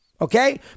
okay